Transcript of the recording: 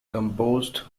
composed